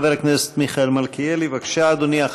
חבר הכנסת מיכאל מלכיאלי, בבקשה, אדוני.